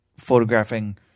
Photographing